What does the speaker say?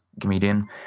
comedian